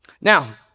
Now